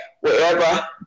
wherever